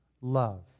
love